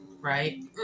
right